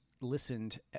listened